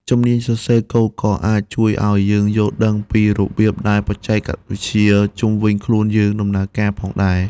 ជំនាញសរសេរកូដក៏អាចជួយឱ្យយើងយល់ដឹងពីរបៀបដែលបច្ចេកវិទ្យាជុំវិញខ្លួនយើងដំណើរការផងដែរ។